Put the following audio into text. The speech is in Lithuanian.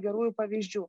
gerųjų pavyzdžių